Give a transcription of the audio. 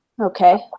Okay